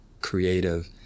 creative